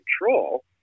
control